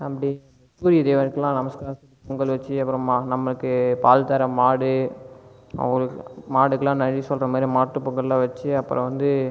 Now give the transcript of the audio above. அப்படி சூரிய தேவனுக்கெல்லாம் நமஸ்காரம் பொங்கல் வச்சு அப்புறம் நம்பளுக்கு பால் தர மாடு அவர்களுக்கு மாடுக்கு எல்லாம் நன்றி சொல்கிற மாதிரி மாட்டு பொங்கலெலாம் வச்சு அப்புறம் வந்து